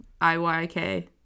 I-Y-K